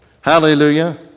Hallelujah